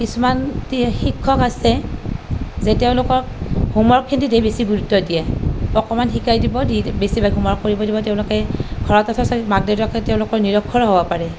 কিছুমান শিক্ষক আছে যে তেওঁলোকক হোমৱৰ্ক খিনিতহে বেছি গুৰুত্ব দিয়ে অকমান শিকাই দিব দি বেছিভাগ হোমৱৰ্ক কৰিব দিব তেওঁলোকে ঘৰত অথচ মাক দেউতাকে তেওঁলোকৰ নিৰক্ষৰ হ'ব পাৰে